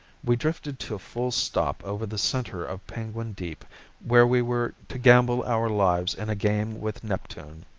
we drifted to a full stop over the center of penguin deep where we were to gamble our lives in a game with neptune.